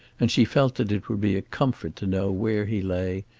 and she felt that it would be a comfort to know where he lay,